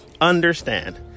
understand